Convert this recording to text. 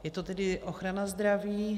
Je to tedy ochrana zdraví?